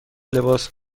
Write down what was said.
لباس